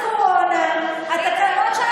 את קוראת לכל החוקים,